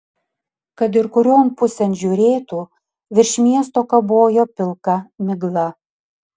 kad ir kurion pusėn žiūrėtų virš miesto kabojo pilka migla